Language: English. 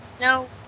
no